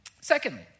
Secondly